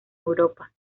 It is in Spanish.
europa